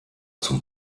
zum